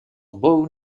born